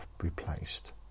replaced